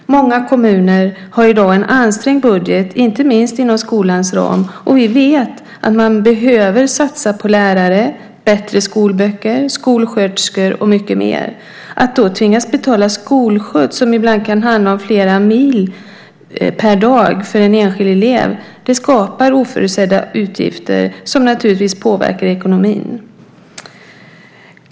Många kommuner har i dag en ansträngd budget, inte minst inom skolans ram. Vi vet att man behöver satsa på lärare, bättre skolböcker, skolsköterskor och mycket mer. Att då tvingas betala skolskjuts som ibland kan handla om flera mil per dag för en enskild elev skapar oförutsedda utgifter som naturligtvis påverkar ekonomin.